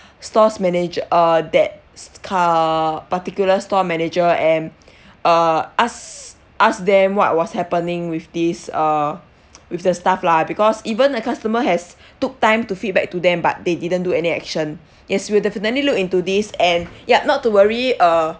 store's manager uh that s~ c~ uh particular store manager and uh ask ask them what was happening with this uh with the staff lah because even a customer has took time to feedback to them but they didn't do any action yes we'll definitely look into this and ya not to worry uh